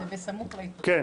כן.